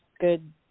good